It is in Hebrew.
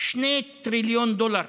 2 טריליון דולר,